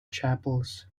chapels